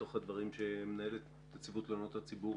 מתוך הדברים שמנהלת נציבות תלונות הציבור